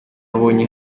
abonye